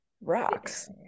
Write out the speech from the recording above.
rocks